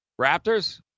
Raptors